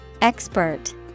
Expert